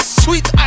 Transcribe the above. sweet